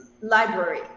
library